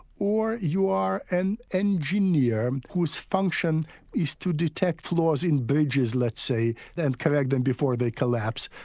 or you are an engineer whose function is to detect flaws in bridges, let's say, and correct them before they collapse.